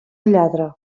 lladra